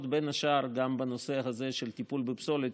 בין השאר גם בנושא הזה של טיפול בפסולת,